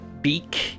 beak